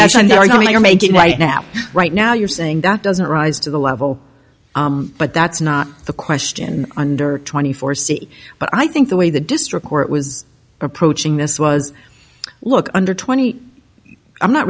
you're making right now right now you're saying that doesn't rise to the level but that's not the question under twenty four c but i think the way the district court was approaching this was look under twenty i'm not